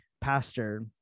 pastor